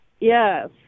Yes